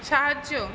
সাহায্য